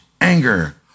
anger